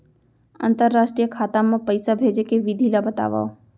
अंतरराष्ट्रीय खाता मा पइसा भेजे के विधि ला बतावव?